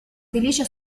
felice